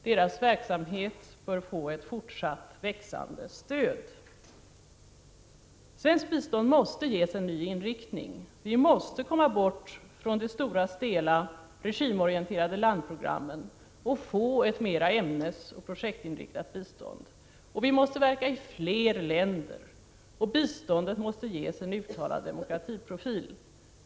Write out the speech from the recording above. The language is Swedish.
Deras verksamhet bör få ett fortsatt växande stöd. Svenskt bistånd måste ges en ny inriktning. Vi måste komma bort från de stora stela regimorienterade landprogrammen och få ett mera ämnesoch projektinriktat bistånd. Vi måste verka i flera länder. Biståndet måste ges en uttalad demokratiprofil.